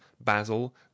basil